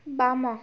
ବାମ